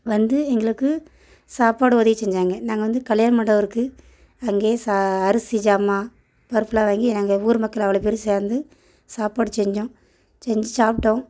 வந்து எங்களுக்கு சாப்பாடு உதவி செஞ்சாங்க நாங்கள் வந்து கல்யாண மண்டபம் இருக்குது அங்கேயே ச அரிசி ஜாமான் பருப்பெலாம் வாங்கி நாங்கள் ஊர் மக்கள் அவ்வளோ பேரும் சேர்ந்து சாப்பாடு செஞ்சோம் செஞ்சு சாப்பிட்டோம்